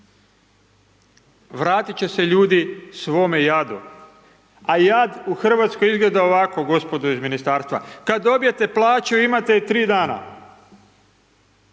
Vratit će se ljudi svome jadu, a jad u Hrvatskoj izgleda ovako gospodo iz Ministarstva. Kad dobijete plaću, imate ju tri dana.